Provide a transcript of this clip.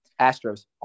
Astros